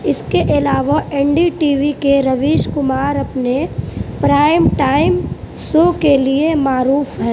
اس کے علاوہ N D T V کے رویش کمار اپنے پرائم ٹائم شو کے لئے معروف ہیں